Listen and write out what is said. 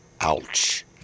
ouch